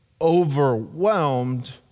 overwhelmed